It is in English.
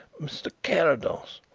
mr. carrados,